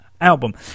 album